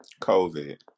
COVID